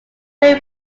were